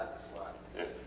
squat. yeah.